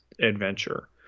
adventure